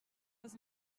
les